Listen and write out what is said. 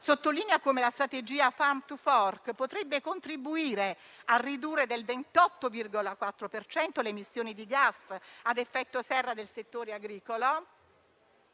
sottolinea come la strategia Farm to fork potrebbe contribuire a ridurre del 28,4 per cento le emissioni di gas ad effetto serra del settore agricolo